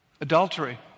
adultery